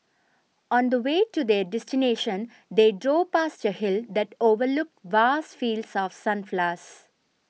on the way to their destination they drove past a hill that overlooked vast fields of